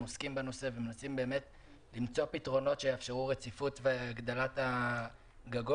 עוסקים בנושא ומנסים למצוא פתרונות שיאפשרו רציפות והגדלת הגגות.